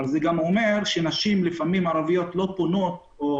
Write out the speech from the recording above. אבל זה גם אומר שנשים ערביות לא תמיד פונות או